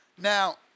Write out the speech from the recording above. Now